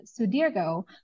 Sudirgo